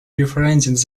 befriended